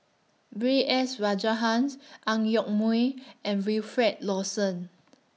B S Rajhans Ang Yoke Mooi and Wilfed Lawson